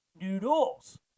noodles